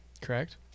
Correct